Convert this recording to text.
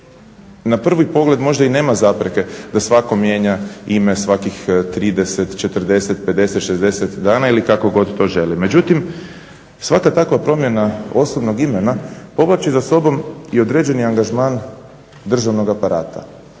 na prvi pogled možda i nema zapreke da svatko mijenja ime svakih 30, 40, 50, 60 dana ili kako god to želi, međutim svaka takva promjena osobnog imena povlači za sobom i određeni angažman državnog aparata.